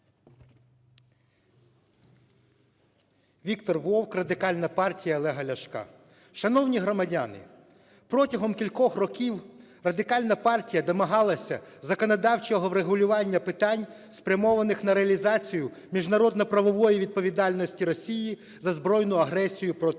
Віктор Вовк, Радикальна партія Олега Ляшка. Шановні громадяни, протягом кількох років Радикальна партія домагалася законодавчого врегулювання питань, спрямованих на реалізацію міжнародно-правової відповідальності Росії за збройну агресію проти України.